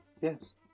yes